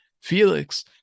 Felix